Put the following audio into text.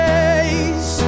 days